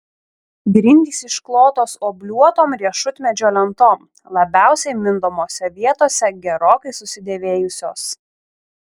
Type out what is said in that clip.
grindys išklotos obliuotom riešutmedžio lentom labiausiai mindomose vietose gerokai susidėvėjusios